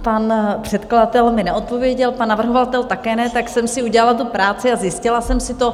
Pan předkladatel mi neodpověděl, pan navrhovatel také ne, tak jsem si udělala tu práci a zjistila jsem si to.